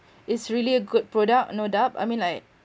it's really a good product no doubt I mean like